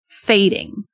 fading